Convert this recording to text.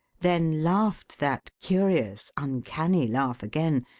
then laughed that curious, uncanny laugh again,